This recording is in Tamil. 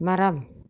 மரம்